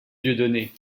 dieudonné